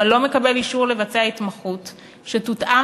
אבל לא מקבל אישור לבצע התמחות שתותאם